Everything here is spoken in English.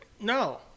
No